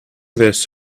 this